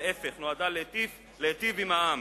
להיפך, היא נועדה להיטיב עם העם.